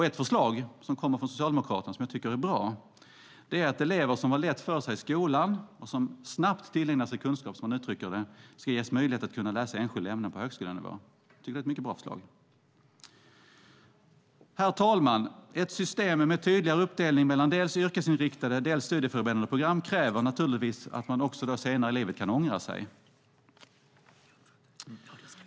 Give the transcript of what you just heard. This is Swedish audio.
Ett förslag som kommer från Socialdemokraterna som jag tycker är bra gäller att elever som har lätt för sig i skolan och som snabbt tillägnar sig kunskap ska ges möjlighet att läsa enskilda ämnen på högskolenivå. Det är ett bra förslag. Herr talman! Ett system med tydligare uppdelning mellan dels yrkesinriktade, dels studieförberedande program kräver naturligtvis att man senare i livet kan ångra sig.